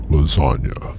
Lasagna